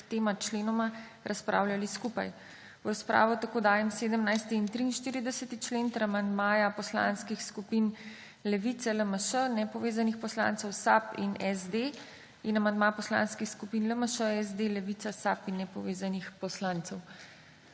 k tema členoma razpravljali skupaj. V razpravo dajem 17. in 43. člen ter amandmaja poslanskih skupin Levica, LMŠ, nepovezanih poslancev, SAB in SD ter amandma poslanskih skupin LMŠ, SD, Levica, SAB in nepovezanih poslancev.